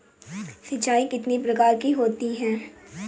सिंचाई कितनी प्रकार की होती हैं?